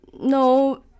no